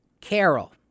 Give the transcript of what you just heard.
Carol